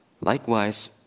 likewise